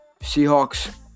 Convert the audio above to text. Seahawks